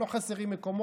לא חסרים מקומות.